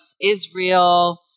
Israel